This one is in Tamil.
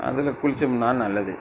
அதில் குளித்தோம்னா நல்லது